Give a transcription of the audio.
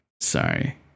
sorry